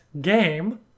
Game